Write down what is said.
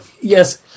Yes